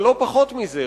אבל לא פחות מזה,